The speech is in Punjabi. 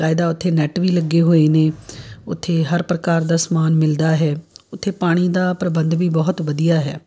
ਬਕਾਇਦਾ ਉੱਥੇ ਨੈਟ ਵੀ ਲੱਗੇ ਹੋਏ ਨੇ ਉੱਥੇ ਹਰ ਪ੍ਰਕਾਰ ਦਾ ਸਮਾਨ ਮਿਲਦਾ ਹੈ ਉੱਥੇ ਪਾਣੀ ਦਾ ਪ੍ਰਬੰਧ ਵੀ ਬਹੁਤ ਵਧੀਆ ਹੈ